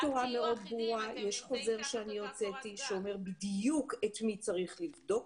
יש תורה מאוד ברורה ויש חוזר שאני הוצאתי שאומר בדיוק את מי צריך לבדוק.